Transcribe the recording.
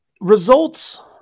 results